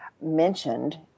mentioned